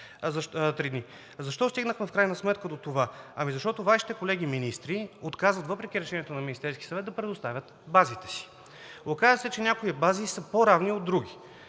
Защо стигнахме в крайна сметка до това? Ами, защото Вашите колеги министри отказват, въпреки решението на Министерския съвет, да предоставят базите си. Оказа се, че някои бази са по-равни от други.